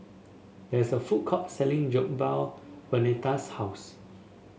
there is a food court selling Jokbal Vernetta's house